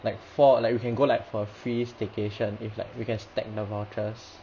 like four like we can go like for free staycation if like we can stack the vouchers